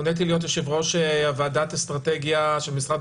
מוניתי להיות יושב-ראש ועדת אסטרטגיה של משרד